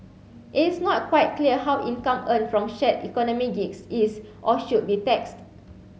it is not quite clear how income earned from shared economy gigs is or should be taxed